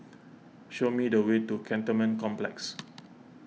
show me the way to Cantonment Complex